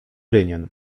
rynien